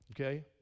okay